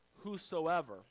whosoever